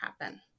happen